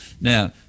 Now